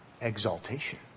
exaltation